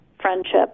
friendship